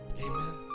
Amen